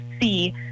see